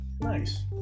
Nice